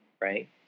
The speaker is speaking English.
Right